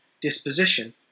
disposition